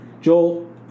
Joel